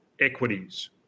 equities